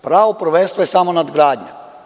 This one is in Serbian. Pravo prvenstva je samo nadgradnja.